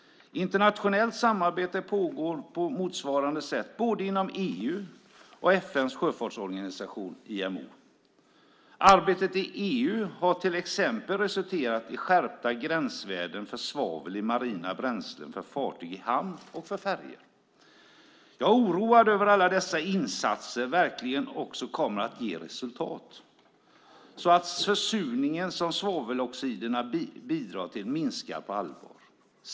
Internationellt samarbete pågår på motsvarande sätt både inom EU och i FN:s sjöfartsorganisation IMO. Arbetet i EU har till exempel resulterat i skärpta gränsvärden för svavel i marina bränslen för fartyg i hamn och för färjor. Jag är oroad över om alla dessa insatser verkligen också kommer att ge resultat så att försurningen som svaveloxiderna bidrar till minskar på allvar.